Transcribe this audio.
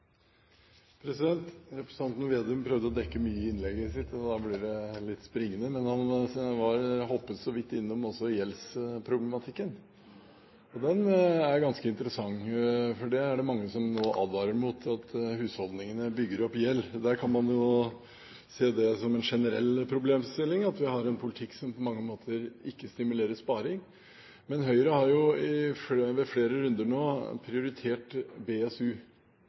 Representanten Slagsvold Vedum prøvde å dekke mye i innlegget sitt, og da blir det litt springende, men han hoppet også så vidt innom gjeldsproblematikken. Den er ganske interessant. Det er mange som nå advarer mot at husholdningene bygger opp gjeld. Da kan man se det som en generell problemstilling, at vi har en politikk som på mange måter ikke stimulerer sparing. Høyre har i flere runder nå prioritert BSU.